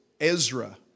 Ezra